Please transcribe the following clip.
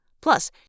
Plus